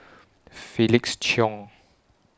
Felix Cheong